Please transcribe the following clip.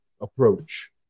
approach